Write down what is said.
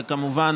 וכמובן,